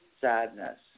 sadness